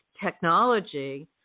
technology